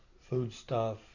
foodstuff